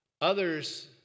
Others